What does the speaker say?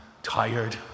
Tired